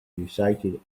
recited